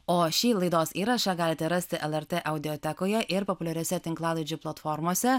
o šį laidos įrašą galite rasti lrt audiotekoje ir populiariose tinklalaidžių platformose